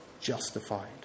justified